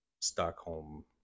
Stockholm